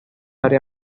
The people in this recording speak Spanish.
área